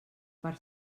per